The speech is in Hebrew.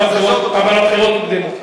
אבל הבחירות הוקדמו.